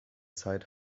zeit